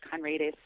Conradis